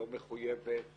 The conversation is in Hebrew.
לא מחויבת